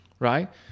Right